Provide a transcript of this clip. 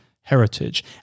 heritage